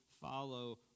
follow